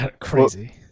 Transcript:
crazy